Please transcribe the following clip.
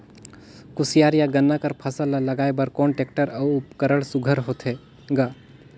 कोशियार या गन्ना कर फसल ल लगाय बर कोन टेक्टर अउ उपकरण सुघ्घर होथे ग?